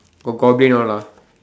got goblin all ah